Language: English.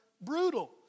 brutal